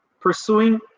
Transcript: pursuing